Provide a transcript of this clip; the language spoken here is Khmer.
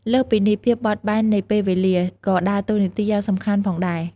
លើសពីនេះ ភាពបត់បែននៃពេលវេលា ក៏ដើរតួនាទីយ៉ាងសំខាន់ផងដែរ។